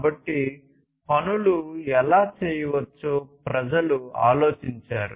కాబట్టి పనులు ఎలా చేయవచ్చో ప్రజలు ఆలోచించారు